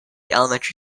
elementary